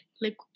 Liquid